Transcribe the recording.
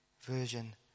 version